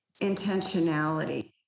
intentionality